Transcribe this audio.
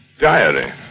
diary